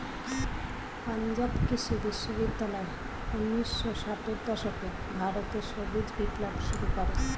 পাঞ্জাব কৃষি বিশ্ববিদ্যালয় ঊন্নিশো ষাটের দশকে ভারতে সবুজ বিপ্লব শুরু করে